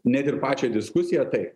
net ir pačią diskusiją tai